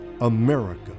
America